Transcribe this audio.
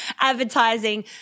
advertising